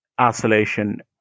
isolation